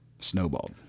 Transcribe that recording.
snowballed